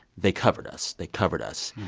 they covered us, they covered us.